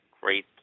great